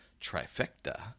trifecta